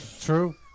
true